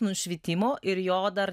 nušvitimo ir jo dar